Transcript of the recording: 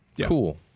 cool